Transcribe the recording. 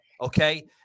Okay